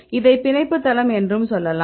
இதை பிணைப்பு தளம் என்றும் சொல்லலாம்